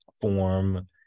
form